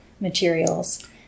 materials